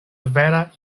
vera